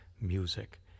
music